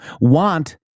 want